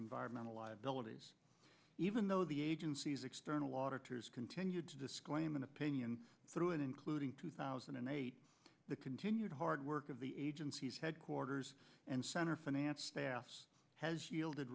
environmental liabilities even though the agency's external auditors continued to disclaim an opinion through it including two thousand and eight the continued hard work of the agency's headquarters and center finance staffs has y